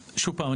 כן.